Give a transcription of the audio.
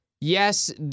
yes